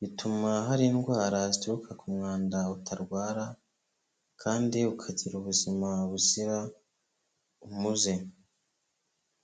bituma hari indwara zituruka ku mwanda utarwara kandi ukagira ubuzima buzira umuze.